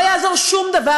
לא יעזור שום דבר.